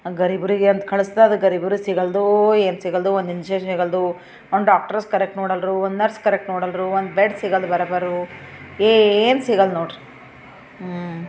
ಗರೀಬ್ರಿಗೆ ಅಂತ ಕಳ್ಸಿದ ಅದು ಗರೀಬ್ರಿಗೆ ಸಿಗಲ್ಲದು ಏನು ಸಿಗಲ್ದೋ ಒಂದು ಇಂಜೆಕ್ಷನ್ ಸಿಗಲ್ದು ಒಂದು ಡಾಕ್ಟರ್ಸ್ ಕರೆಕ್ಟ್ ನೋಡಲ್ರು ಒಂದು ನರ್ಸ್ ಕರೆಕ್ಟ್ ನೋಡಲ್ರು ಒಂದು ಬೆಡ್ ಸಿಗಲ್ದು ಬರೋಬ್ಬರಿ ಏನೂ ಸಿಗಲ್ದು ನೋಡ್ರಿ